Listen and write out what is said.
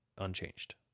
unchanged